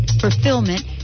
fulfillment